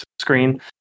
screen